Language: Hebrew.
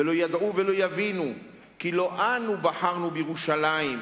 ולא ידעו ולא יבינו כי לא אנו בחרנו בירושלים,